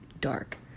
Dark